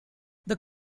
that